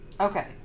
Okay